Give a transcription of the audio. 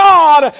God